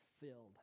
filled